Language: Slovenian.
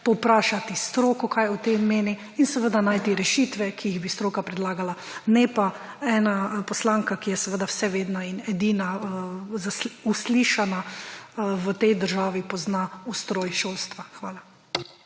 povprašati stroko, kaj o tem meni, in seveda najti rešitve, ki jih bi stroka predlagala, ne pa ena poslanka, ki je seveda vsevedna in edina uslišana v tej državi, pozna ustroj šolstva. Hvala.